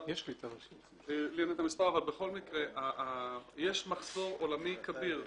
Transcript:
לי אין את המספר אבל בכל מקרה יש מחסור עולמי כביר בטייסים,